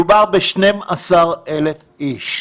מדובר ב-12,000 איש,